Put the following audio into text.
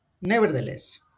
nevertheless